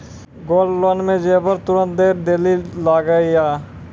Gold loan मे जेबर तुरंत दै लेली लागेया?